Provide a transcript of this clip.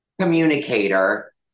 communicator